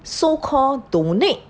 so called donate